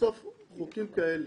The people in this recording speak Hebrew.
בסוף חוקים כאלה,